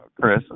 Chris